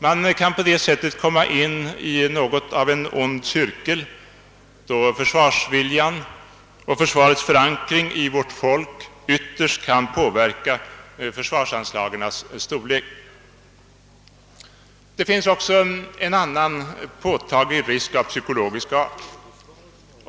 Man kan på det sättet råka in i något av en ond cirkel, då försvarsviljan och försvarets förankring hos vårt folk ytterst kan påverka försvarsanslagens storlek. Det finns också en annan påtaglig risk av psykologisk art.